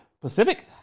Pacific